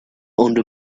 under